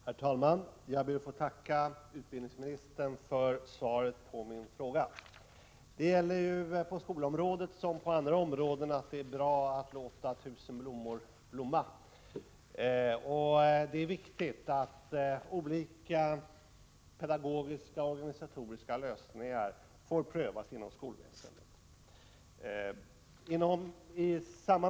Herr talman! Jag ber att få tacka utbildningsministern för svaret på min fråga. Det är på skolområdet liksom på andra områden bra att låta tusen blommor blomma, och det är viktigt att olika pedagogiska och organisatoriska lösningar får prövas inom skolväsendet.